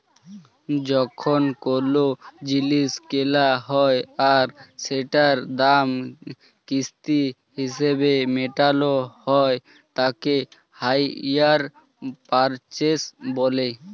যখন কোলো জিলিস কেলা হ্যয় আর সেটার দাম কিস্তি হিসেবে মেটালো হ্য়য় তাকে হাইয়ার পারচেস বলে